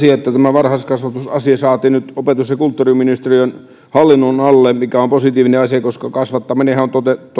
varhaiskasvatusasia saatiin nyt opetus ja kulttuuriministeriön hallinnon alle mikä on positiivinen asia koska kasvattaminenhan on